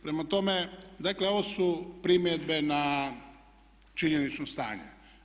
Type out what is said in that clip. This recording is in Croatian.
Prema tome, dakle ovo su primjedbe na činjenično stanje.